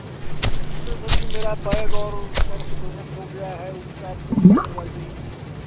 अरे सर जी मेरा बैग और पर्स दोनों खो गया है उसका आप चेक इन करवाइए